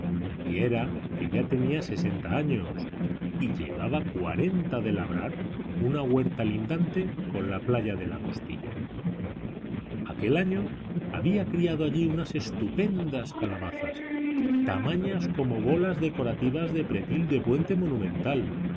y era que ya tenía sesenta años y llevaba cuarenta de labrar una huerta lindante con la playa de la costilla aquel año había criado allí unas estupendas calabazas tamañas como bolas decorativas de pretil de puente monumental